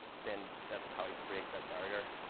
then that's how we break that barrier,